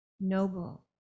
noble